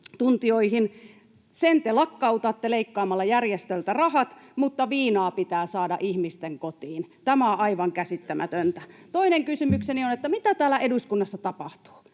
Sen te lakkautatte leikkaamalla järjestöiltä rahat, mutta viinaa pitää saada ihmisten kotiin. Tämä on aivan käsittämätöntä. Toinen kysymykseni on: Mitä täällä eduskunnassa tapahtuu?